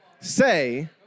say